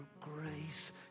grace